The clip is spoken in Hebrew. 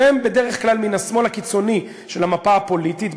שהם בדרך כלל מן השמאל הקיצוני של המפה הפוליטית,